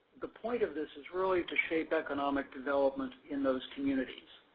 the point of this is really to shape economic developments in those communities,